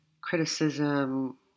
criticism